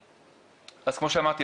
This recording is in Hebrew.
אז כמו שאמרתי,